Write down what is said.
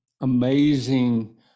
amazing